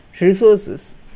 resources